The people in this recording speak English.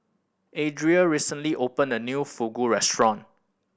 Adriel recently opened a new Fugu Restaurant